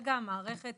כרגע במערכת